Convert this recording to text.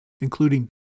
including